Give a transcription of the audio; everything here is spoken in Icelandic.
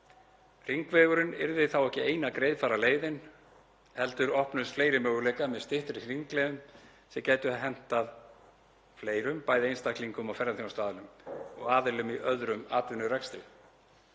Hringvegurinn yrði þá ekki eina greiðfæra leiðin heldur opnuðust fleiri möguleikar með styttri hringleiðum sem gætu hentað fleirum, bæði einstaklingum og ferðaþjónustuaðilum og aðilum í öðrum atvinnurekstri.